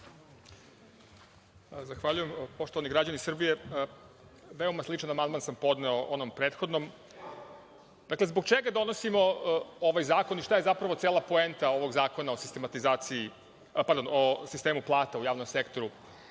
Zahvaljujem. Poštovani građani Srbije, veoma sličan amandman sam podneo onom prethodnom. Dakle, zbog čega donosimo ovaj zakon i šta je zapravo cela poenta ovog zakona o sistemu plata u javnom sektoru?